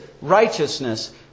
righteousness